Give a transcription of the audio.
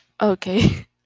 Okay